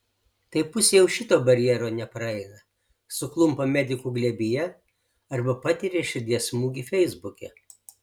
tai pusė jau šito barjero nepraeina suklumpa medikų glėbyje arba patiria širdies smūgį feisbuke